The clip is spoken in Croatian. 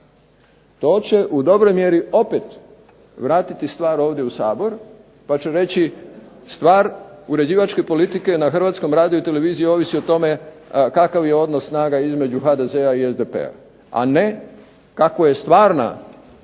To će u dobroj mjeri opet vratiti stvar ovdje u Sabor pa ću reći stvar uređivačke politike na Hrvatskom radiju i televiziji ovisi o tome kakav je odnos snaga između HDZ-a i SDP-a a ne kakva je stvarna